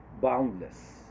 boundless